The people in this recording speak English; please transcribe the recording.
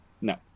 No